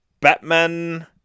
Batman